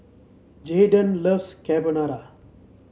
Jaidyn loves Carbonara